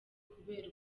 kubera